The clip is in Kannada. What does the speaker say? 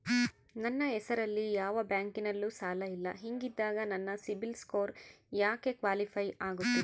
ನನ್ನ ಹೆಸರಲ್ಲಿ ಯಾವ ಬ್ಯಾಂಕಿನಲ್ಲೂ ಸಾಲ ಇಲ್ಲ ಹಿಂಗಿದ್ದಾಗ ನನ್ನ ಸಿಬಿಲ್ ಸ್ಕೋರ್ ಯಾಕೆ ಕ್ವಾಲಿಫೈ ಆಗುತ್ತಿಲ್ಲ?